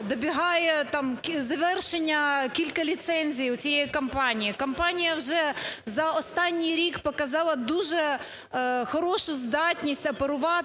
добігає, там завершення кількох ліцензій у цієї компанії. Компанія вже за останній рік показала дуже хорошу здатність оперувати